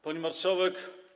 Pani Marszałek!